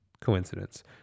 coincidence